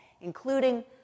including